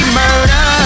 murder